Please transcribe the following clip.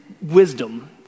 wisdom